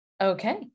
Okay